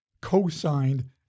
co-signed